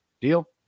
Deal